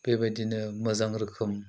बेबायदिनो मोजां रोखोम